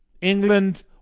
England